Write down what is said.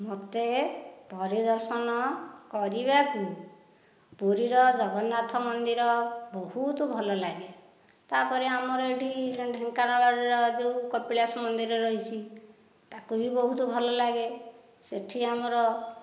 ମୋତେ ପରିଦର୍ଶନ କରିବାକୁ ପୁରୀର ଜଗନ୍ନାଥ ମନ୍ଦିର ବହୁତ ଭଲ ଲାଗେ ତା'ପରେ ଆମର ଏଇଠି ଢେଙ୍କାନାଳର ଯେଉଁ କପିଳାସ ମନ୍ଦିର ରହିଛି ତାକୁ ବି ବହୁତ ଭଲ ଲାଗେ ସେଇଠି ଆମର